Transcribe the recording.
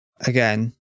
again